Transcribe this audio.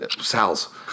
Sal's